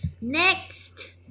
next